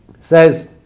says